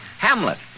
Hamlet